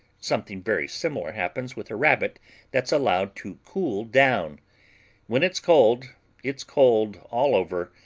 something very similar happens with a rabbit that's allowed to cool down when it's cold it's cold all over,